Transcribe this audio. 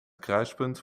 kruispunt